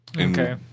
Okay